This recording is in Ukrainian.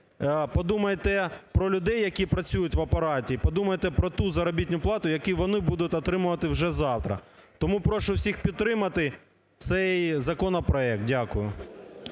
подумайте про людей, які працюють в Апараті. І подумайте про ту заробітну плату, яку вони будуть отримувати вже завтра. Тому прошу всіх підтримати цей законопроект. Дякую.